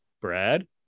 brad